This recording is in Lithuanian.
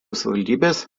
savivaldybės